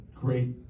great